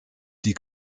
die